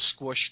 squished